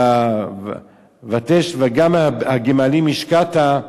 "ואֵשתְ, וגם הגמלים השקתה".